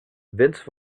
vince